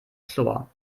chlor